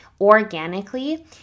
organically